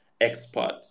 expert